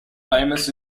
famous